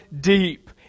deep